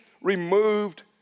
removed